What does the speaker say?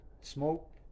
Smoke